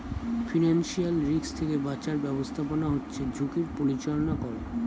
financial risk থেকে বাঁচার ব্যাবস্থাপনা হচ্ছে ঝুঁকির পরিচালনা করে